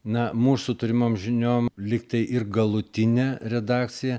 na mūsų turimom žiniom lygtai ir galutinė redakcija